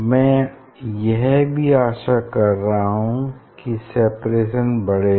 मैं यह भी आशा कर रहा हूँ कि सेपरेशन बढ़ेगा